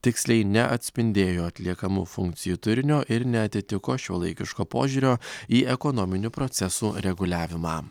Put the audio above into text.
tiksliai neatspindėjo atliekamų funkcijų turinio ir neatitiko šiuolaikiško požiūrio į ekonominių procesų reguliavimą